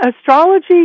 Astrology